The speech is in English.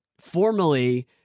formally